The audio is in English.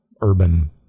urban